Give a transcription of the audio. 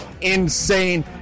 insane